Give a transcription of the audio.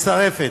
מצטרפת.